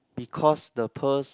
because the pearls